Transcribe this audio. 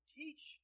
teach